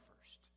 first